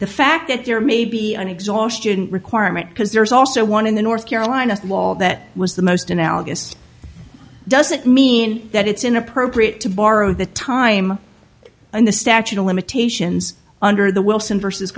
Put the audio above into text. the fact that there may be an exhaustion requirement because there's also one in the north carolina law that was the most analogous doesn't mean that it's inappropriate to borrow the time and the statute of limitations under the wilson v